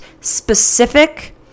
specific